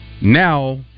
now